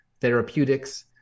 therapeutics